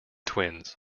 twins